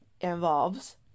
involves